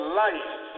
life